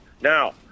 Now